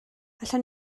allwn